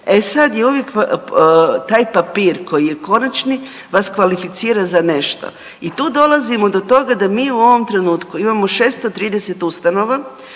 E sad je uvijek taj papir koji je konačni vas kvalificira za nešto. I tu dolazimo do toga da mi u ovom trenutku imamo 630 ustanova